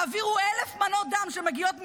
יעבירו 1,000 מנות דם שמגיעות מירדן.